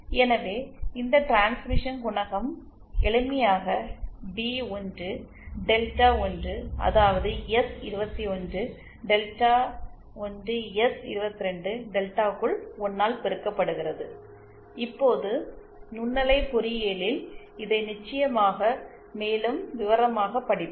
எனவே இந்த டிரான்ஸ்மிஷன் குணகம் எளிமையாக பி 1 டெல்டா 1 அதாவது எஸ் 21 டெல்டா 1 எஸ் 22 டெல்டாக்குள் 1 ஆல் பெருக்கப்படுகிறது இப்போது நுண்ணலை பொறியியலில் இதை நிச்சயமாக மேலும் விவரமாக படிப்போம்